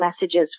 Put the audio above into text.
messages